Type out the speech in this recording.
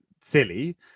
silly